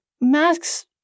Masks